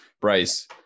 Bryce